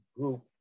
group